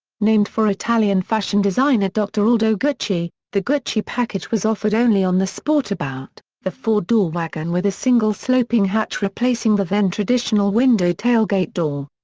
named for italian fashion designer dr. aldo gucci, the gucci package was offered only on the sportabout, the four-door wagon with a single sloping hatch replacing the then traditional window tailgate door.